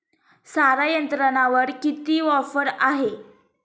सारा यंत्रावर किती ऑफर आहे?